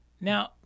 Now